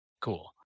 Cool